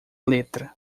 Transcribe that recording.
letra